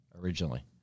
originally